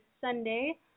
Sunday